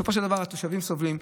בסופו של דבר, התושבים סובלים.